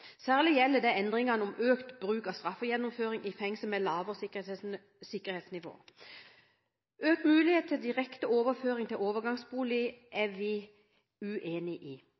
Særlig gjelder det endringene om økt bruk av straffegjennomføring i fengsel med lavere sikkerhetsnivå. Økt mulighet til direkte overføring til overgangsbolig er vi uenig i.